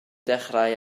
dechrau